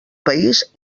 país